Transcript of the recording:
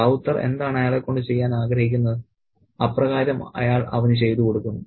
റൌത്തർ എന്താണ് അയാളെ കൊണ്ട് ചെയ്യാൻ ആഗ്രഹിക്കുന്നത് അപ്രകാരം അയാൾ അവന് ചെയ്ത കൊടുക്കുന്നു